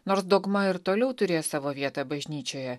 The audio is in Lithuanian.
nors dogma ir toliau turės savo vietą bažnyčioje